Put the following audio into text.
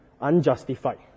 unjustified